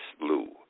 Blue